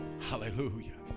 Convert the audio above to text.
Hallelujah